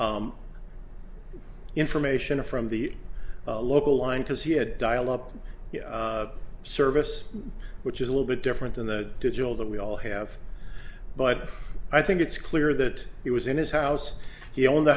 have information from the local line because he had dial up service which is a little bit different in the digital that we all have but i think it's clear that he was in his house he owned